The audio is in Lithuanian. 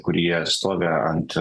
kurie stovi ant